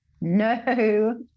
No